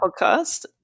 podcast